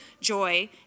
joy